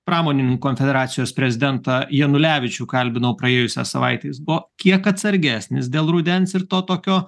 pramoninkų konfederacijos prezidentą janulevičių kalbinau praėjusią savaitę jis buvo kiek atsargesnis dėl rudens ir to tokio